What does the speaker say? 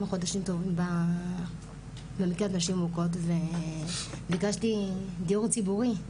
חודשים טובים במקלט לנשים מוכות וביקשתי דיור ציבורי,